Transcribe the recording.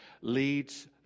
leads